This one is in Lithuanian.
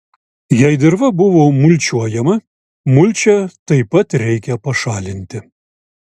jei dirva buvo mulčiuojama mulčią taip pat reikia pašalinti